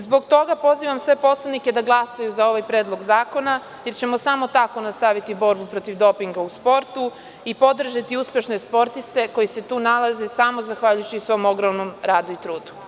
Zbog toga pozivam sve poslanike da glasaju za ovaj Predlog zakona, jer ćemo samo tako nastaviti borbu protiv dopinga u sportu i podržati uspešne sportiste, koji se tu nalaze samo zahvaljujući svom ogromnom radu i trudu.